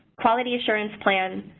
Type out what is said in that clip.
quality assurance plan,